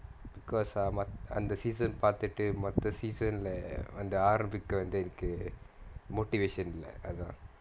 because um ma~ அந்த:antha season பாத்துட்டு மத்த:pathuttu maththa season lah வந்து ஆரம்பிக்க வந்து எனக்கு:vanthu aarambikka vanthu enakku motivation இல்ல அதான்:illa athaan